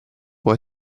può